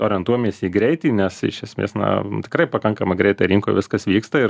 orientuojamės į greitį nes iš esmės na tikrai pakankamai greitai rinkoj viskas vyksta ir